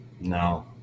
No